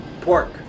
pork